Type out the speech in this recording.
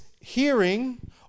hearing